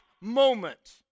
moment